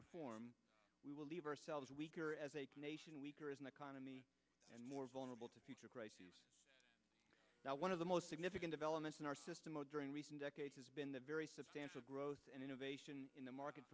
reform we will leave ourselves weaker as a nation weaker as an economy and more vulnerable to future crises one of the most significant developments in our system of during recent decades has been the very substantial growth and innovation in the market